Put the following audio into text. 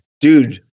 Dude